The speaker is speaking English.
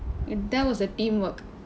and there was a teamwork